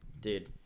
Dude